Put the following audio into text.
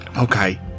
Okay